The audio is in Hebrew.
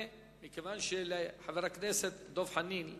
חבר הכנסת דב חנין.